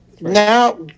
now